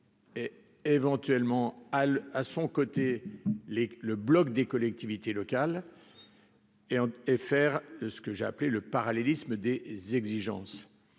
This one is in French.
Et éventuellement à l'à son côté les le bloc des collectivités locales et et faire ce que j'ai appelé le parallélisme des exigences